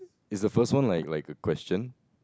is the first one like like a question